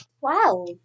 Wow